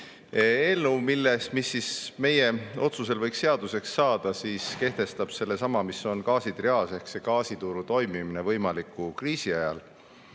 Eelnõu, mis meie otsusel võiks seaduseks saada, kehtestab sellesama, mis on gaasitriaaž ehk see gaasituru toimimine võimaliku kriisi ajal.